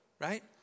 Right